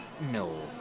No